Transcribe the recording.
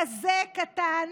כזה קטן,